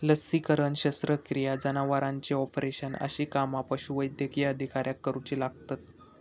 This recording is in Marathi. लसीकरण, शस्त्रक्रिया, जनावरांचे ऑपरेशन अशी कामा पशुवैद्यकीय अधिकाऱ्याक करुची लागतत